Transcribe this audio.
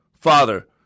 father